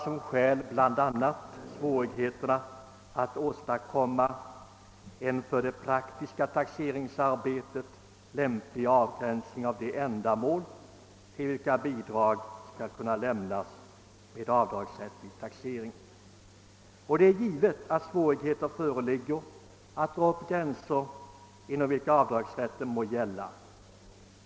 Som skäl har bl.a. åberopats svårigheterna att åstadkomma en för det praktiska taxeringsarbetet lämplig avgränsning av de ändamål till vilka bidrag skall kunna lämnas med rätt till avdrag. Det är givet att svårigheter förelig ger när det gäller att dra de gränser inom vilka avdragsrätten skall gälla.